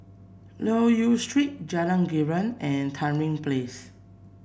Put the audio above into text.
Loke Yew Street Jalan Girang and Tamarind Place